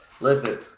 listen